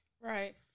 Right